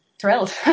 thrilled